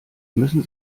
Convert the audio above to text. müssen